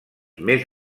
més